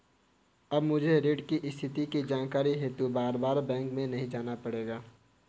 अब मुझे ऋण की स्थिति की जानकारी हेतु बारबार बैंक नहीं जाना पड़ेगा